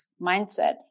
mindset